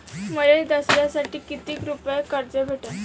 मले दसऱ्यासाठी कितीक रुपये कर्ज भेटन?